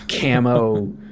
camo